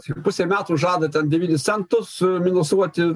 pusei metų žada ten devynis centus minusuoti